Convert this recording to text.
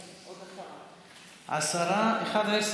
בעד,